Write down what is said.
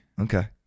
Okay